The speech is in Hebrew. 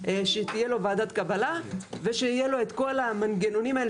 שתהיה לו ועדת קבלה ושיהיה לו את כל המנגנונים האלה